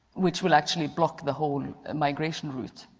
which will actually block the whole migration route.